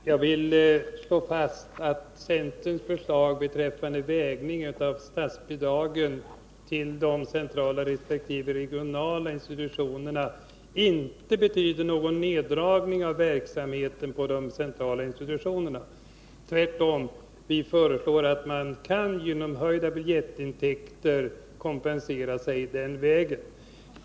Herr talman! Jag vill slå fast att centerns förslag beträffande vägning av statsbidragen till de centrala resp. regionala institutionerna inte betyder någon neddragning av verksamheten inom de centrala institutionerna. Tvärtom — vi föreslår att man genom höjda biljettintäkter skall kunna kompensera sig den vägen.